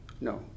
No